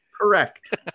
correct